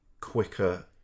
quicker